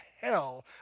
hell